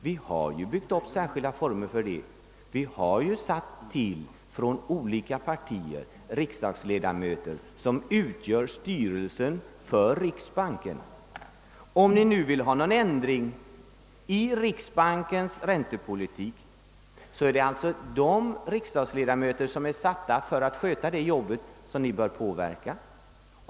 För det ändamålet har vi riksbanksstyrelsen, i vilken representanter för de olika partierna har säte. Om ni vill ha någon ändring i riksbankens räntepolitik, bör ni alltså påverka era representanter i den styrelsen.